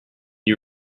you